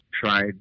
tried